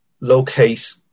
locate